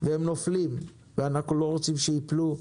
והם נופלים ואנחנו לא רוצים שיפלו,